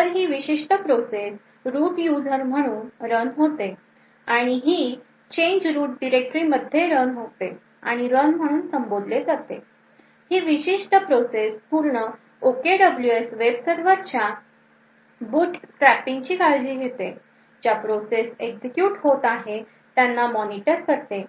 तर ही विशिष्ट प्रोसेस रूट युजर म्हणून रन होते आणि ही change root directory मध्ये रन होते आणि रन म्हणून संबोधले जाते ही विशिष्ट प्रोसेस पूर्ण OKWS वेब सर्वरच्या boot strapping ची काळजी घेते ज्या प्रोसेस एक्झिक्युट होत आहे त्यांना मॉनिटर करते